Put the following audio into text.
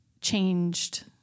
changed